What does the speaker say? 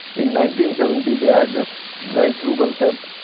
in nineteen-seventy, they had this drive thru concept.